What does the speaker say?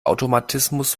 automatismus